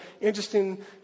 interesting